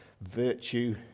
virtue